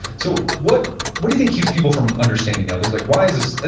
so, what what do you think keeps people from understanding others? like why is this,